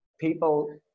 people